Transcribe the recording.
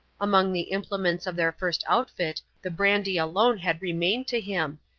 among the implements of their first outfit the brandy alone had remained to him,